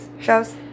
shows